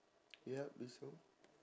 ya it's true